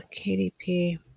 KDP